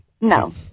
no